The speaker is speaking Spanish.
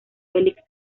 felix